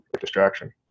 distraction